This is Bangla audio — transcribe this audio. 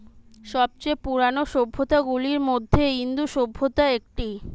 সব চেয়ে পুরানো সভ্যতা গুলার মধ্যে ইন্দু সভ্যতা একটি